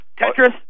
tetris